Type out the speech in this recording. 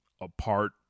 apart